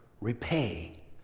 repay